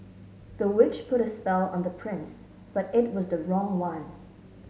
the witch put a spell on the prince but it was the wrong one